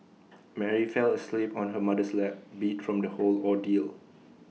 Mary fell asleep on her mother's lap beat from the whole ordeal